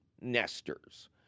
nesters